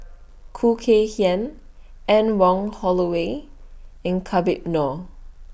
Khoo Kay Hian Anne Wong Holloway and Habib Noh